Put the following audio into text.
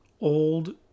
Old